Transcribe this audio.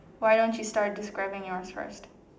why don't you start describing your's first